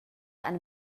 eine